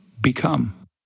become